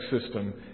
system